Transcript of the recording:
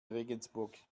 regensburg